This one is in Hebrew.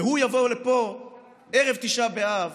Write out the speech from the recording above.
והוא יבוא לפה ערב תשעה באב